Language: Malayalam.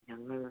ഞങ്ങൾ